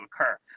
occur